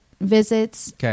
visits